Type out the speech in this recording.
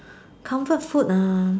comfort food um